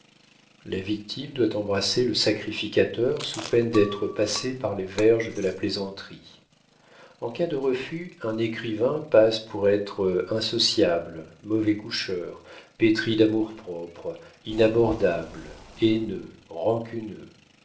la victime doit embrasser le sacrificateur sous peine d'être passé par les verges de la plaisanterie en cas de refus un écrivain passe pour être insociable mauvais coucheur pétri d'amour-propre inabordable haineux rancuneux